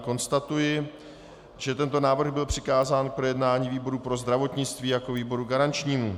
Konstatuji, že tento návrh byl přikázán k projednání výboru pro zdravotnictví jako výboru garančnímu.